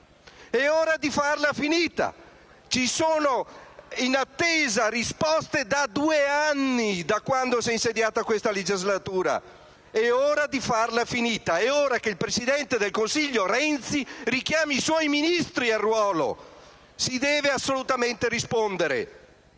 È ora di farla finita! Attendiamo risposte da due anni, da quando si è insediata questa legislatura. È ora di farla finita. È ora che il presidente del Consiglio Renzi richiami i suoi Ministri al proprio ruolo; si deve assolutamente rispondere.